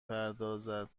پردازد